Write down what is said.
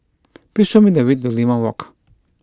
please show me the way to Limau Walk